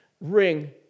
ring